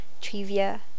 trivia